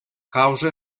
causa